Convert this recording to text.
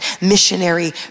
missionary